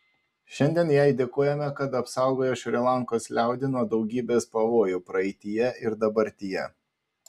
šiandien jai dėkojame kad apsaugojo šri lankos liaudį nuo daugybės pavojų praeityje ir dabartyje